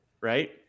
right